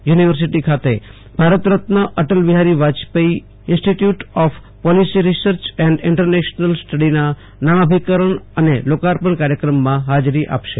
university ખાતે Bharat Ratna Atal Bihari Vajpayee Institute of Policy Research and International સ્ટડીના નામાભિકરણ અને લોકાર્પણ કાર્યક્રમમાં હાજરી આપશે